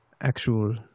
actual